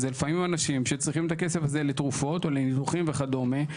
אלה לפעמים אנשים שצריכים את הכסף הזה לתרופות או לניתוחים וכדומה.